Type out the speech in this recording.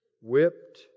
whipped